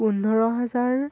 পোন্ধৰ হাজাৰ